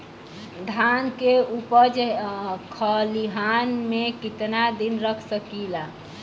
धान के उपज खलिहान मे कितना दिन रख सकि ला?